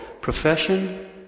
Profession